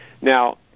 now